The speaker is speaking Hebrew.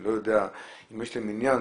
אני לא יודע אם יש להם עניין.